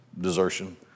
desertion